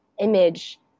image